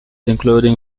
including